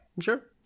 sure